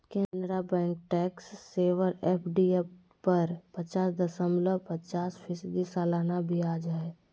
Canara bank tax saver FD पर पाच दशमलब पचास फीसदी सालाना ब्याज हइ